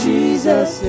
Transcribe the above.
Jesus